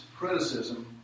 criticism